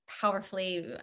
powerfully